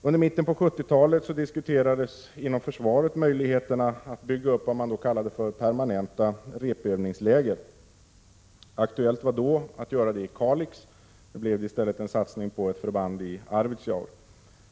I mitten på 70-talet diskuterades inom försvaret möjligheterna att bygga upp vad man då kallade för ”permanenta repövningsläger”. Aktuellt var då att göra detta i Kalix, men det blev i stället en satsning på ett förband i Arvidsjaur.